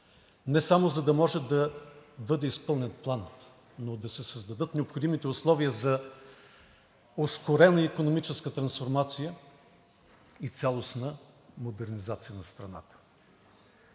не само за да може да бъде изпълнен Планът, но и да се създадат необходимите условия за ускорена икономическа трансформация и цялостна модернизация на страната.